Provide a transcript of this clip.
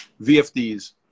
VFDs